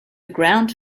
ground